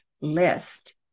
list